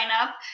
up